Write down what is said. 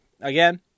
Again